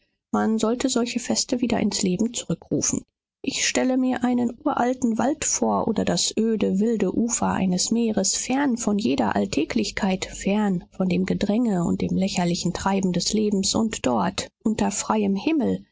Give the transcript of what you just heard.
man sollte solche feste wieder ins leben zurückrufen ich stelle mir einen uralten wald vor oder das öde wilde ufer eines meeres fern von jeder alltäglichkeit fern von dem gedränge und dem lächerlichen treiben des lebens und dort unter freiem himmel